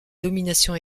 domination